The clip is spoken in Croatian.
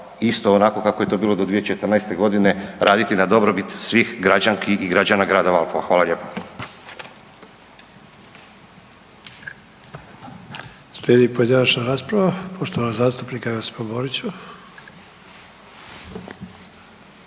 isto onako kako je to bilo do 2014. godine raditi na dobrobit svih građanki i građana Grada Valpova. Hvala lijepo.